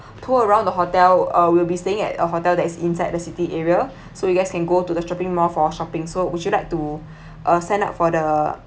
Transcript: tour around the hotel uh we will be staying at a hotel that is inside the city area so you guys can go to the shopping mall for shopping so would you like to uh sign up for the